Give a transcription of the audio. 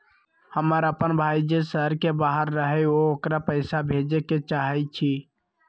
हमर अपन भाई जे शहर के बाहर रहई अ ओकरा पइसा भेजे के चाहई छी